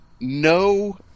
no